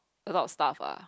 a lot of stuff ah